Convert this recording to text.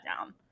down